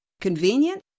Convenient